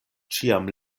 ĉiam